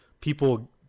people